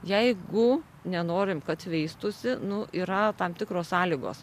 jeigu nenorim kad veistųsi nu yra tam tikros sąlygos